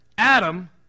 Adam